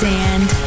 Sand